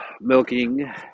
milking